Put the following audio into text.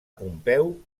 pompeu